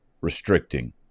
restricting